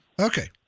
Okay